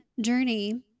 journey